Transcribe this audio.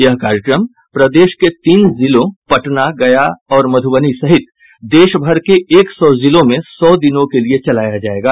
यह कार्यक्रम प्रदेश के तीन जिलों पटना गया और मधुबनी सहित देश भर के एक सौ जिलों में सौ दिनों के लिये चलाया जायेगा